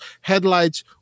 headlights